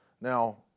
Now